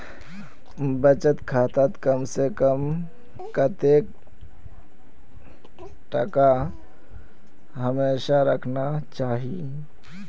बचत खातात कम से कम कतेक टका हमेशा रहना चही?